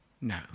No